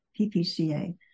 PPCA